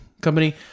company